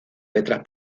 letras